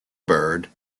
bird